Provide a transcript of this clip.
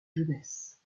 jeunesse